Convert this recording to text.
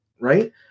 right